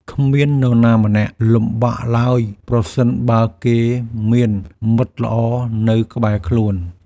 គ្មាននរណាម្នាក់លំបាកឡើយ ប្រសិនបើគេមានមិត្តល្អនៅក្បែរខ្លួន។